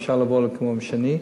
אפשר לעבור למקום שני,